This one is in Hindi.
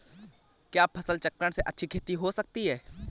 क्या फसल चक्रण से अच्छी खेती हो सकती है?